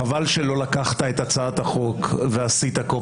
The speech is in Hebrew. חבל שלא לקחת את הצעת החוק ועשית העתק הדבק